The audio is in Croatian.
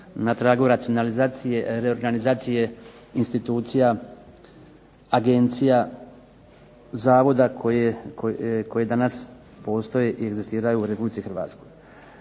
na tragu racionalizacije reorganizacije institucija, agencija, zavoda koje danas postoje i egzistiraju u RH. Prije